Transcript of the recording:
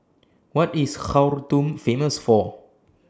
What IS Khartoum Famous For